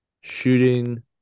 shooting